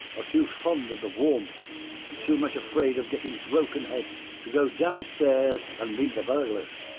are to fond of the warmth and too much afraid of getting broken heads to go downstairs, and meet the burglars.